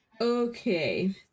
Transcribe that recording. Okay